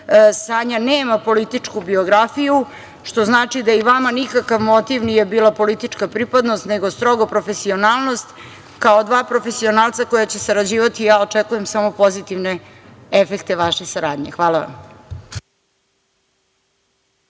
Sanja nema političku biografiju, što znači da i vama nikakav motiv nije bila politička pripadnost nego strogo profesionalnost, kao dva profesionalca koja će sarađivati. Ja očekujem samo pozitivne efekte vaše saradnje. Hvala vam.